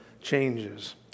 changes